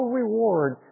reward